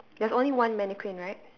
there's only one mannequin right